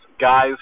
guys